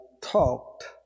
talked